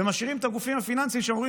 ומשאירים את הגופים הפיננסיים שאמורים